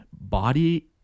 body